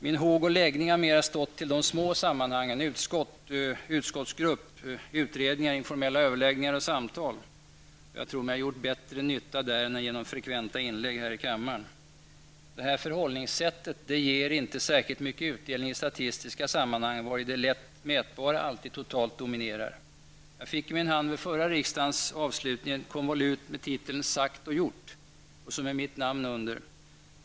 Min håg och läggning har mera stått till de små sammanhangen -- utskott, utredningar, utskottsgrupp, informella överläggningar och samtal. Jag tror mig ha gjort större nytta där än genom frekventa inlägg här i kammaren. Det förhållningssättet ger inte särskilt mycket utdelning i statistiska sammanhang, vari det lätt mätbara alltid totalt dominerar. Jag fick i min hand vid förra riksmötets avslutning ett konvolut med titeln Sagt och gjort och med mitt namn under.